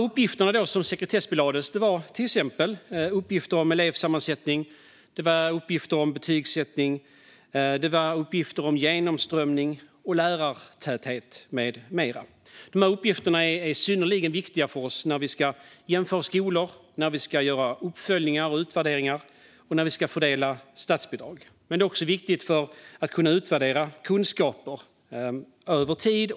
Uppgifterna som sekretessbelades var uppgifter om till exempel elevsammansättning, betygsättning, genomströmning och lärartäthet. De uppgifterna är synnerligen viktiga för oss när vi ska jämföra skolor, göra uppföljningar och utvärderingar och fördela statsbidrag. De är också viktiga för att kunna utvärdera aktuella kunskaper och kunskaper över tid.